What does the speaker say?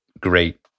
great